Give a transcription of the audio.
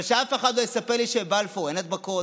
אבל שאף אחד לא יספר לי שבבלפור אין הדבקות,